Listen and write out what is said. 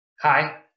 Hi